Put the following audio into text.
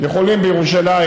יכולים לנסוע בירושלים